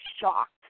shocked